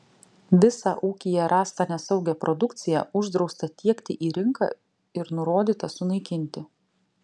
visą ūkyje rastą nesaugią produkciją uždrausta tiekti į rinką ir nurodyta sunaikinti